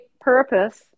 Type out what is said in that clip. purpose